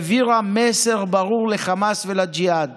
העבירה מסר ברור לחמאס ולג'יהאד